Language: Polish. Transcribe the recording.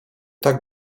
tak